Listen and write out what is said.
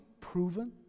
proven